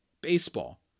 baseball